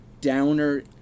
downer